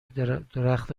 درخت